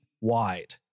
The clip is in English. wide